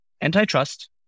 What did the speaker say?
Antitrust